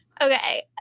Okay